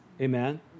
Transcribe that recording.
amen